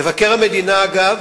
מבקר המדינה, אגב,